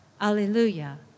Alleluia